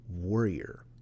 warrior